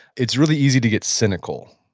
it's really easy to get cynical.